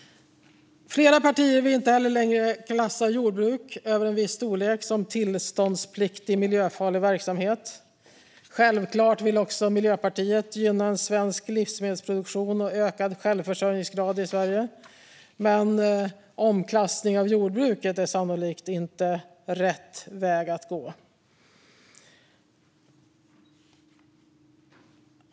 Flera partier vill heller inte längre klassa jordbruk över en viss storlek som tillståndspliktig miljöfarlig verksamhet. Självklart vill också Miljöpartiet gynna svensk livsmedelsproduktion och ökad självförsörjningsgrad i Sverige, men omklassning av jordbruket är sannolikt inte rätt väg att gå.